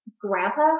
grandpa